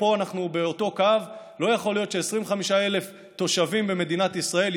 ופה אנחנו באותו קו: לא יכול להיות ש-25,000 תושבים במדינת ישראל,